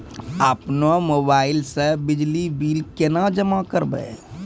अपनो मोबाइल से बिजली बिल केना जमा करभै?